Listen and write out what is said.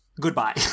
goodbye